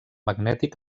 magnètic